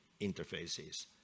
interfaces